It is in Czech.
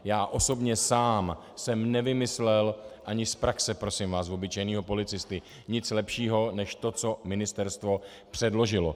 Já osobně sám jsem nevymyslel, ani z praxe, prosím vás, obyčejného policisty, nic lepšího než to, co ministerstvo předložilo.